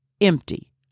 empty